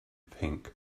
pink